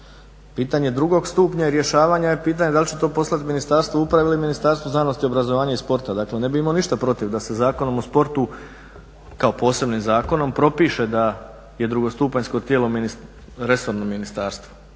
Pitanje drugog stupnja i rješavanja je pitanje da li će to poslati Ministarstvu uprave ili Ministarstvu znanosti, obrazovanja i sporta. Dakle, ne bih imao ništa protiv da se Zakonom o sportu kao posebnim zakonom propiše da je drugostupanjsko tijelo resorno ministarstvo.